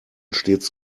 stets